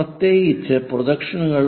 പ്രത്യേകിച്ച് പ്രൊജക്ഷനുകൾ